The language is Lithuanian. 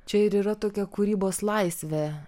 čia ir yra tokia kūrybos laisvė